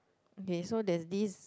okay so there's this